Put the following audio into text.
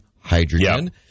hydrogen